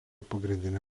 pagrindinė